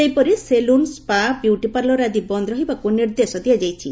ସେହିପରି ସେଲୁନ୍ ସ୍ବା ବିୟୁଟିପାର୍ଲର ଆଦି ବନ୍ଦ ରହିବାକୁ ନିର୍ଦ୍ଦେଶ ଦିଆଯାଇଛି